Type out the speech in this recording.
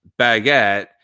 baguette